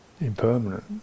impermanent